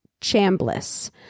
chambliss